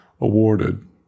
awarded